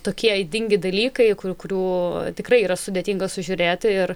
tokie ydingi dalykai kurių kurių tikrai yra sudėtinga sužiūrėti ir